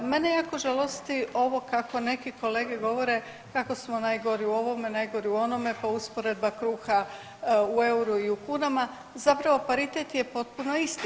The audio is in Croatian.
Mene jako žalosti ovo kako neki kolege govore kako smo najgori u ovome, najgori u onome, pa usporedba kruha u euru i kunama zapravo paritet je potpuno isti.